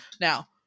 Now